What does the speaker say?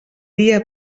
dia